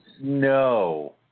No